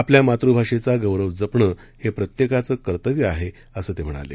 आपल्या मातुभाषेचा गौरव जपणं हे प्रत्येकाचं कर्तव्य आहे असं ते म्हणाले